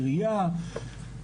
עירייה,